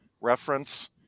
reference